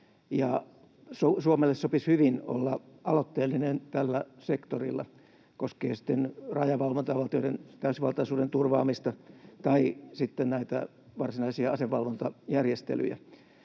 Suomelle sopisi hyvin olla aloitteellinen tällä sektorilla, koskee se sitten rajavalvontaa, valtioiden täysivaltaisuuden turvaamista tai sitten varsinaisia asevalvontajärjestelyjä.